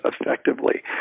effectively